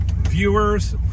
viewers